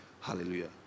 Hallelujah